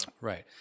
Right